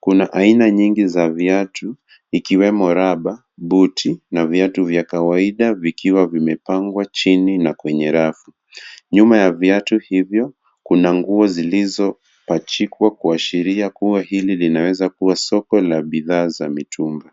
Kuna aina nyingi za viatu ikiwemo rubber , buti na viatu vya kawaida vikiwa vimepangwa chini na kwenye rafu. Nyuma ya viatu hivyo kuna nguo zilizopachikwa kuashiria kuwa hili linaweza kuwa soko la bidhaa za mitumba .